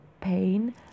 pain